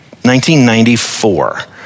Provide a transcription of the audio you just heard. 1994